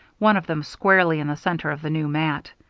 one of them squarely in the centre of the new mat.